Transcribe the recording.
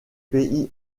pays